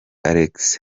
alex